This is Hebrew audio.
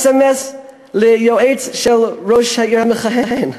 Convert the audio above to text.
אס.אם.אס ליועץ של ראש העיר המכהן,